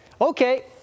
okay